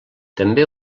també